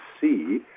see